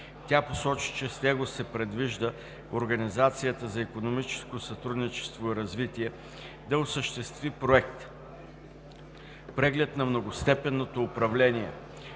Тя посочи, че с него се предвижда Организацията за икономическо сътрудничество и развитие да осъществи Проект „Преглед на многостепенното управление